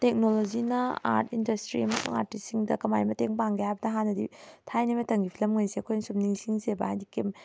ꯇꯦꯛꯅꯣꯂꯣꯖꯤꯅ art industry ꯑꯃꯁꯨꯡ ꯑꯥꯔꯇꯤꯁꯁꯤꯡꯗ ꯀꯃꯥꯏꯅ ꯃꯇꯦꯡ ꯄꯥꯡꯒꯦ ꯍꯥꯏꯕꯗ ꯍꯥꯟꯅꯗꯤ ꯊꯥꯏꯅ ꯃꯇꯝꯒꯤ ꯐꯤꯂꯝꯉꯩꯁꯦ ꯑꯩꯈꯣꯏꯅ ꯁꯨꯝ ꯅꯤꯡꯁꯤꯡꯖꯕ ꯍꯥꯏꯗꯤ